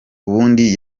ubundi